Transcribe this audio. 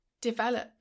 develop